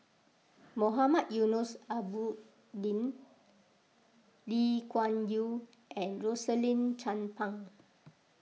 Mohamed Eunos Lee Kuan Yew and Rosaline Chan Pang